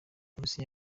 polisi